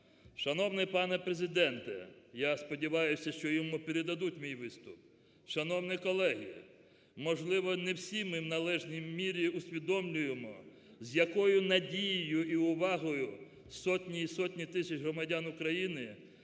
Шановний пане Президенте, я сподіваюся, що йому передадуть мій виступ, шановні колеги, можливо, не всі ми в належній мірі усвідомлюємо з якою надією і увагою сотні і сотні тисяч громадян України,